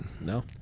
No